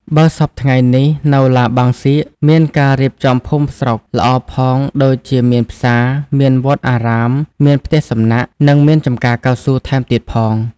បើសព្វថ្ងៃនេះ នៅឡាបាងសៀក មានការរៀបចំភូមិស្រុកល្អផងដូចជាមានផ្សារ មានវត្តអារាម មានផ្ទះសំណាក់ និងមានចម្ការកៅស៊ូរថែមទៀតផង។